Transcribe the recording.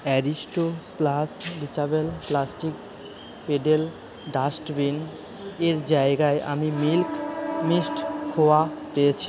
Aristo plus detachable plastic pedal dustbin এর জায়গায় আমি মিল্কি মিস্ট খোয়া পেয়েছি